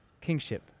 kingship